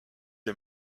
est